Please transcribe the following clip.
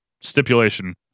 stipulation